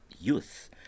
youth